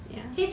ya